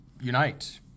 unite